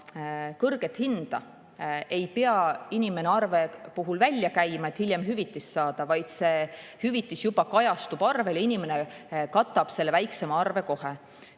kõrget hinda ei pea inimene arve puhul välja käima, et hiljem hüvitist saada, vaid see hüvitis kajastub juba arvel, inimene katab kohe selle väiksema arve.